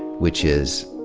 which is,